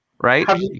right